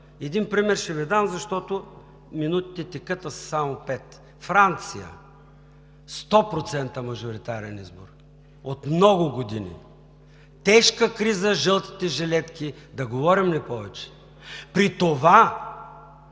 Един пример ще Ви дам, защото минутите текат, а са само пет. Франция – 100% мажоритарен избор, от много години – тежка криза, жълтите жилетки. Да говорим ли повече? При това